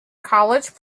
college